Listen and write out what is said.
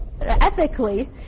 ethically